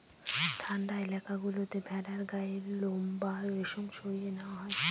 ঠান্ডা এলাকা গুলোতে ভেড়ার গায়ের লোম বা রেশম সরিয়ে নেওয়া হয়